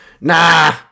nah